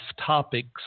topics